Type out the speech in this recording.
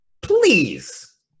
Please